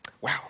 Wow